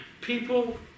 people